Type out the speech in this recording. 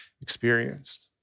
experienced